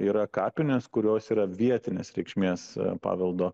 yra kapinės kurios yra vietinės reikšmės paveldo